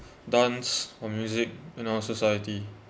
dance or music in our society